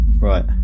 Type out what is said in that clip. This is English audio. Right